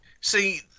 See